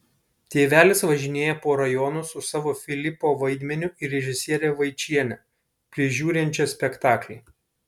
tėvelis važinėja po rajonus su savo filipo vaidmeniu ir režisiere vaičiene prižiūrinčia spektaklį